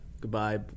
Goodbye